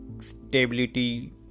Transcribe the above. stability